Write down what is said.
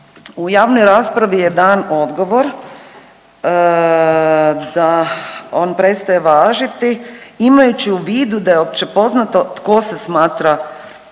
U javnoj raspravi je dan odgovor da on prestaje važiti imajući u vidu da je općepoznato tko se smatra